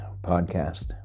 podcast